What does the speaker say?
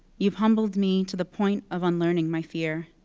you've humbled me to the point of unlearning my fear.